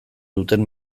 duten